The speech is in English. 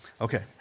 Okay